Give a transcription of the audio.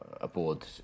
aboard